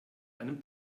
einem